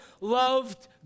loved